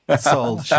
sold